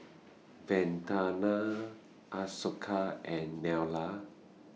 Vandana Ashoka and Neila